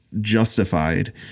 justified